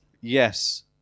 Yes